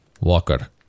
Walker